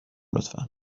لطفا